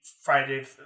Friday